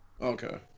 Okay